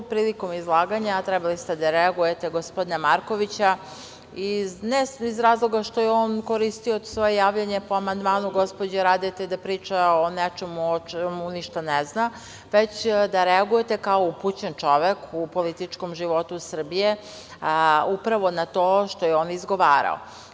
Prilikom izlaganja gospodina Markovića trebali ste da reagujete, ne iz razloga što je on koristio svoje javljanje po amandmanu gospođe Radete da priča o nečemu o čemu ništa ne zna, već da reagujete kao upućen čovek u političkom životu Srbije upravo na to što je on izgovarao.